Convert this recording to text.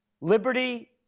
Liberty